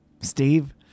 Steve